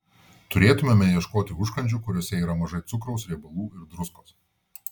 turėtumėme ieškoti užkandžių kuriuose yra mažai cukraus riebalų ir druskos